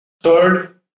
Third